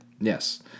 Yes